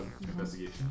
Investigation